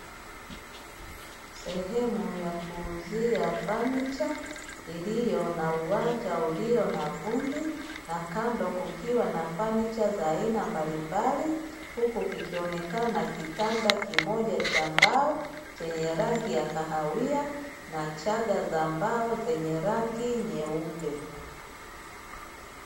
Sehemu ya kuuzia fanicha iliyo na uwanja ulio na vumbi, na kando kukiwa na fanicha za aina mbalimbali, huku kikionekana kitanda kimoja cha mbao, chenye rangi ya kahawia na chaga za mbao zenye rangi nyeupe.